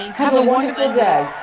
have a wonderful